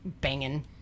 banging